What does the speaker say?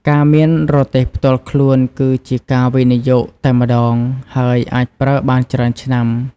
ការមានរទេះផ្ទាល់ខ្លួន គឺជាការវិនិយោគតែម្តង ហើយអាចប្រើបានច្រើនឆ្នាំ។